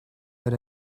that